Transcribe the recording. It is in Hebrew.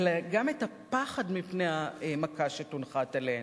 אלא גם את הפחד מפני המכה שתונחת עליהן.